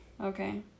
Okay